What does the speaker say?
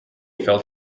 fell